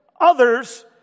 others